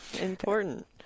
important